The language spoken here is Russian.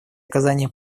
оказания